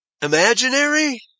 imaginary